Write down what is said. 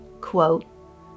quote